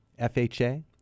FHA